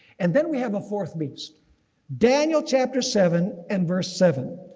and then we have a fourth beast daniel chapter seven and verse seven.